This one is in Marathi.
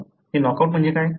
मग ते नॉकआउट म्हणजे काय